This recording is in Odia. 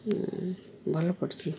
ଭଲ ପଡ଼ିଛିି